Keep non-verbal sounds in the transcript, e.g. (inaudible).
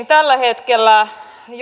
(unintelligible) tällä hetkellä